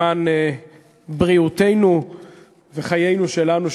למען בריאותנו וחיינו שלנו,